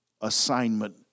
assignment